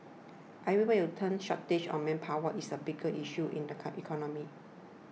everywhere turn shortage of manpower is a big issue in the economy